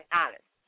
honest